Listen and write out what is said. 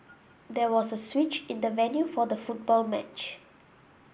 there was a switch in the venue for the football match